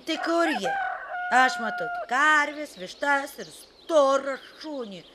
tai kur jie aš matau karves vištas ir storą šunį